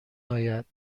آید